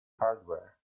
hardware